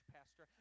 Pastor